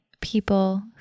people